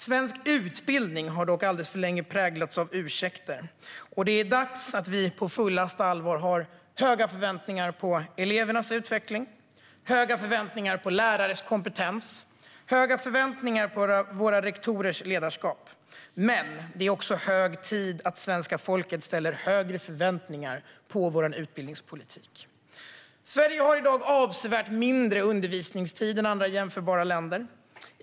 Svensk utbildning har dock alldeles för länge präglats av ursäkter, och det är dags att vi på fullaste allvar har höga förväntningar på elevernas utveckling, lärarnas kompetens och våra rektorers ledarskap. Men det är också hög tid att svenska folket ställer högre förväntningar på vår utbildningspolitik. Sverige har i dag avsevärt mindre undervisningstid än andra jämförbara länder.